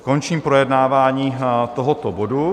Končím projednávání tohoto bodu.